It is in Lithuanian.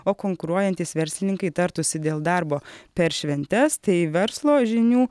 o konkuruojantys verslininkai tartųsi dėl darbo per šventes tai verslo žinių